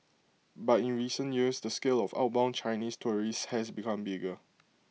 but in recent years the scale of outbound Chinese tourists has become bigger